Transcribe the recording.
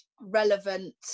relevant